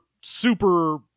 super